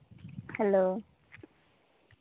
hello